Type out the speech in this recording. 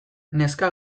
neska